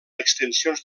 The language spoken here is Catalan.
extensions